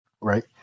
right